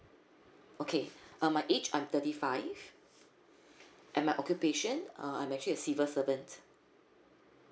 okay uh my age I'm thirty five and my occupation uh I'm actually a civil servant